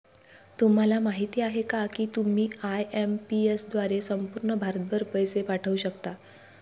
तुम्हाला माहिती आहे का की तुम्ही आय.एम.पी.एस द्वारे संपूर्ण भारतभर पैसे पाठवू शकता